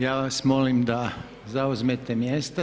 Ja vas molim da zauzmete mjesto.